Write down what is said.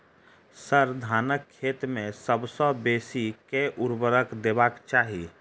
sir, धानक खेत मे सबसँ बेसी केँ ऊर्वरक देबाक चाहि